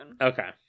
okay